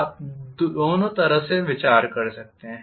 आप दोनों तरह से विचार कर सकते हैं